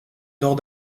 nord